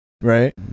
right